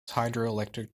hydroelectric